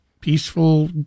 peaceful